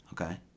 okay